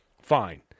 Fine